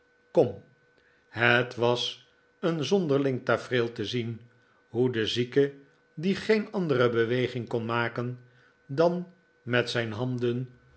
het was een zonderling tafereel te zien hoe de zieke die geen andere beweging kon maken dan met zijn handen